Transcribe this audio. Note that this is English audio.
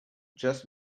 just